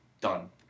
done